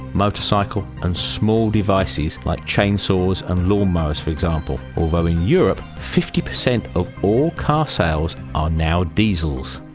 motorcycle and small devices like chainsaws and lawn mowers for example, although in europe fifty percent of all car sales are now diesel.